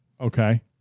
Okay